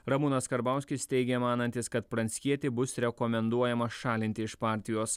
ramūnas karbauskis teigė manantis kad pranckietį bus rekomenduojama šalinti iš partijos